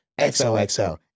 XOXO